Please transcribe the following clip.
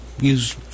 use